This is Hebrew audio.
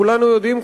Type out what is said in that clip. כולנו יודעים,